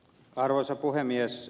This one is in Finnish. arvoisa puhemies